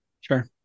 Sure